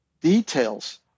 details